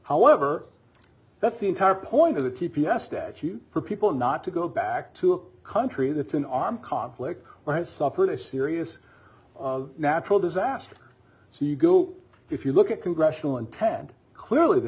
however that's the entire point of the t p s statute for people not to go back to a country that's in armed conflict or has suffered a serious natural disaster so you go if you look at congressional intent clearly the